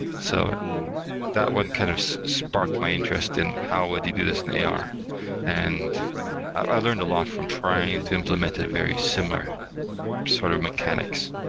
so that one kind of sparked my interest in how would you do this in ar, and i learned a lot from trying to implement a very similar sort of mechanics.